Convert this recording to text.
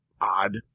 odd